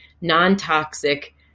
non-toxic